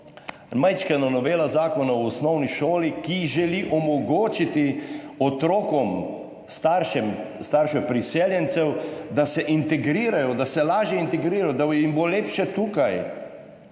majčkena novela Zakona o osnovni šoli, ki želi omogočiti otrokom staršev priseljencev, da se integrirajo, da se lažje integrirajo, da jim bo lepše tukaj,